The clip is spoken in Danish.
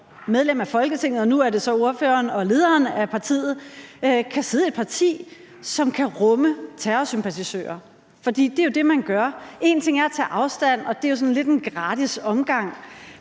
medlem af Folketinget, og nu er det så til ordføreren og lederen af partiet, kan sidde i et parti, som kan rumme terrorsympatisører. For det er jo det, man gør. Én ting er, at man tager afstand, og det er jo sådan lidt en gratis omgang,